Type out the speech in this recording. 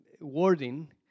wording